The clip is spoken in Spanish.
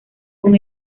con